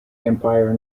empire